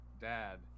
dad